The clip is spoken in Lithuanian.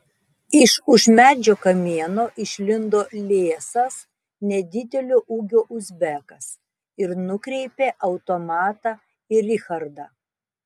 iš už medžio kamieno išlindo liesas nedidelio ūgio uzbekas ir nukreipė automatą į richardą